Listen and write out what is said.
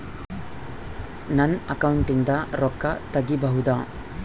ನನ್ನ ಅಕೌಂಟಿಂದ ರೊಕ್ಕ ತಗಿಬಹುದಾ?